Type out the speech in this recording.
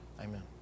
Amen